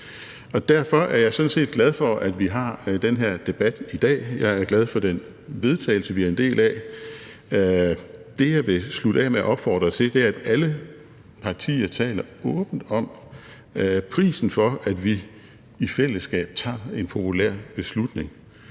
EU. Derfor er jeg sådan set glad for, at vi har den her debat i dag. Jeg er glad for det forslag til vedtagelse, vi er en del af. Det, jeg vil slutte af med at opfordre til, er, at alle partier taler åbent om prisen for, at vi i fællesskab tager en populær beslutning,